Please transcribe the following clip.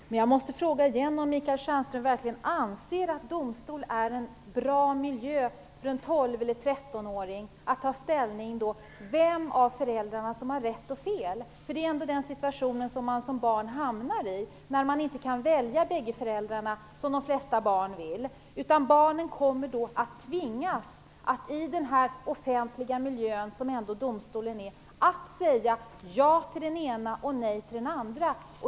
Herr talman! Jag måste återigen fråga om Michael Stjernström verkligen anser att en domstol är en bra miljö för en tolv eller trettonåring att ta ställning till vem av föräldrarna som har rätt eller fel. Den är ändå den situationen man som barn hamnar i när man inte kan välja bägge föräldrarna, som de flesta barn vill. Barnen kommer att tvingas att i denna offentliga miljö som en domstol ändå är att säga ja till den ena och nej till den andra.